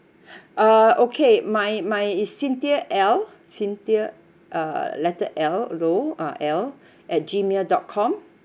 uh okay my my is cynthia L cynthia uh letter L low uh L at gmail dot com